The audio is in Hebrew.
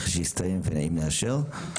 לכשיסתיים ואם נאשר,